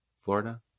Florida